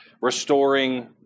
restoring